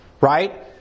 Right